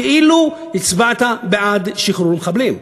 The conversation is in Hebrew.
כאילו הצבעת בעד שחרור מחבלים,